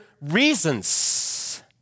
reasons